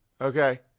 Okay